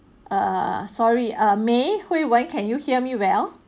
err sorry ah may hui wen can you hear me well